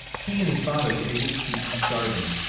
he and his father were able to keep from starving.